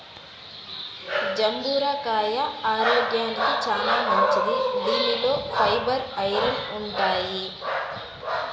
జంబూర కాయ ఆరోగ్యానికి చానా మంచిది దీనిలో ఫైబర్, ఐరన్ ఉంటాయి